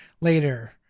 later